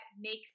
makes